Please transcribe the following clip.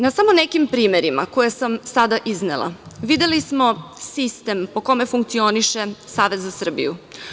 Na samo nekim primerima, koje sam sada iznela, videli smo sistem po kome funkcioniše Savez za Srbiju.